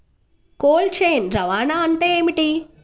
Cold chain రవాణా అంటే ఏమిటీ?